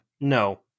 No